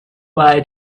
bye